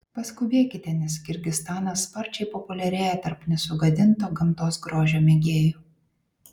paskubėkite nes kirgizstanas sparčiai populiarėja tarp nesugadinto gamtos grožio mėgėjų